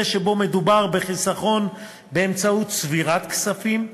שבו מדובר בחיסכון באמצעות צבירת כספים,